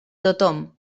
tothom